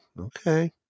Okay